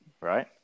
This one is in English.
right